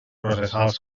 processals